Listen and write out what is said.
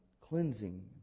cleansing